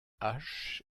haches